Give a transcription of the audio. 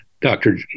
Dr